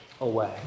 Away